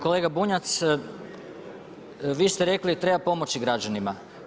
Kolega Bunjac, vi ste rekli treba pomoći građanima.